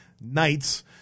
knights